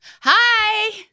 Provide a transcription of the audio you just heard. Hi